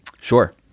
sure